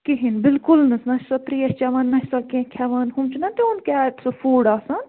کِہیٖنۍ بالکل نہٕ نَہ چھِ سۄ ترٛیش چیٚوان نَہ چھِ سۄ کیٚنٛہہ کھیٚوان ہُم چھِ نا تِہنٛد سُہ فوڈ آسان